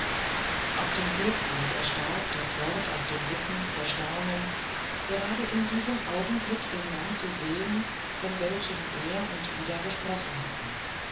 auch dem hofrat erstarb das wort auf den lippen vor staunen gerade in diesem augenblick den mann zu sehen von welchem er und ida gesprochen hatten